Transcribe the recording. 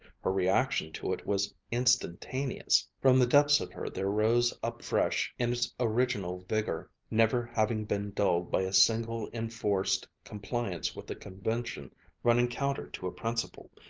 her reaction to it was instantaneous. from the depths of her there rose up fresh in its original vigor, never having been dulled by a single enforced compliance with a convention running counter to a principle,